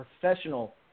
professional